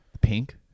Pink